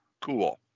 Cool